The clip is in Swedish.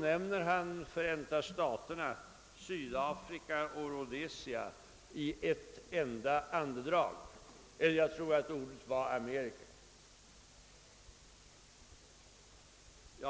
nämnde utrikesministern Förenta staterna, Sydafrika och Rhodesia i ett enda andetag — jag tror ordet var Amerika.